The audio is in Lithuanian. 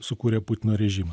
sukūrė putino režimą